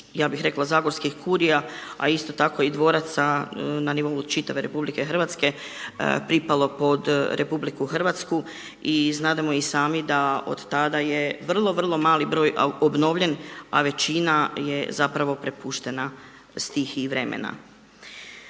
ja bih rekla zagorskih kurija a isto tako i dvoraca na nivou čitave RH pripalo pod RH. I znademo i sami da od tada je vrlo, vrlo mali broj obnovljen a većina je zapravo prepuštena stihiji vremena.